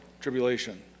tribulation